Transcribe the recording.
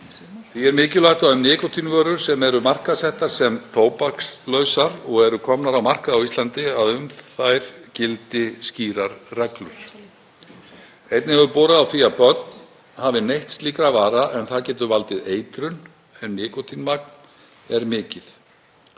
Því er mikilvægt að um nikótínvörur sem eru markaðssettar sem tóbakslausar og eru komnar á markað á Íslandi gildi skýrar reglur. Einnig hefur borið á því að börn hafi neytt slíkra vara en það getur valdið eitrun ef nikótínmagn er mikið.